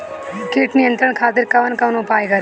कीट नियंत्रण खातिर कवन कवन उपाय करी?